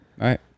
Right